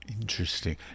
interesting